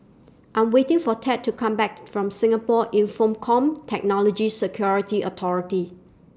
I'm waiting For Tad to Come Back from Singapore Infocomm Technology Security Authority